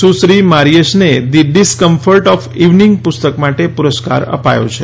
સુશ્રી મારીએસને the discomfort of evening પુસ્તક માટે પુરસ્કાર અપાયો છે